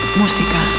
música